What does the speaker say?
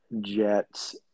Jets